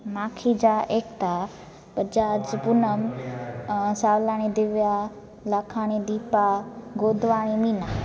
Makhija Ekta Bajaj Poonam Savlani Divya Lakhani Deepa Godwani Meena